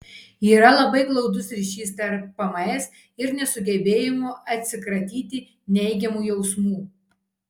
yra labai glaudus ryšys tarp pms ir nesugebėjimo atsikratyti neigiamų jausmų